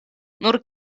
nur